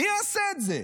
מי יעשה את זה?